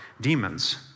demons